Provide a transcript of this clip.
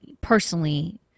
personally